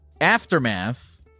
aftermath